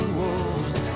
wolves